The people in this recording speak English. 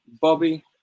Bobby